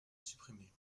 supprimer